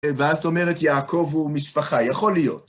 ואז זאת אומרת, יעקב הוא משפחה, יכול להיות.